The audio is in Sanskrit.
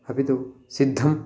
अपि तु सिद्धम्